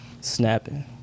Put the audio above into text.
snapping